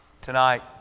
Tonight